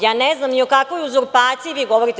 Ja ne znam ni o kakvoj uzurpaciji vi govorite.